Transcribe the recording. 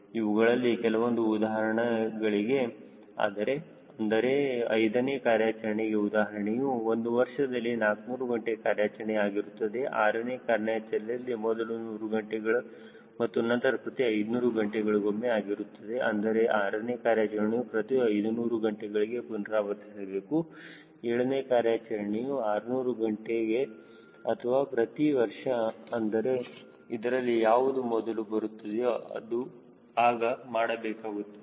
ಇವುಗಳಿಗೆ ಕೆಲವೊಂದು ಉದಾಹರಣೆಗಳ ಆದರೆ ಅಂದರೆ 5ನೇ ಕಾರ್ಯಾಚರಣೆಗೆ ಉದಾಹರಣೆಯು ಒಂದು ವರ್ಷದಲ್ಲಿ 400 ಗಂಟೆಗಳ ಕಾರ್ಯಾಚರಣೆ ಆಗಿರುತ್ತದೆ ಆರನೇ ಕಾರ್ಯಾಚರಣೆಯಲ್ಲಿ ಮೊದಲು 100 ಗಂಟೆಗಳ ಮತ್ತು ನಂತರ ಪ್ರತಿ 500 ಗಂಟೆಗಳಿಗೊಮ್ಮೆ ಆಗಿರುತ್ತದೆ ಅಂದರೆ ಆರನೇ ಕಾರ್ಯಾಚರಣೆಯು ಪ್ರತಿ 500 ಗಂಟೆಗಳಿಗೆ ಪುನರಾವರ್ತಿಸಬೇಕು ಏಳನೇ ಕಾರ್ಯಾಚರಣೆಯು 600 ಗಂಟೆಗೆ ಅಥವಾ ಪ್ರತಿ ವರ್ಷ ಅಂದರೆ ಇದರಲ್ಲಿ ಯಾವುದು ಮೊದಲು ಬರುತ್ತದೆಯೋ ಆಗ ಮಾಡಬೇಕಾಗುತ್ತದೆ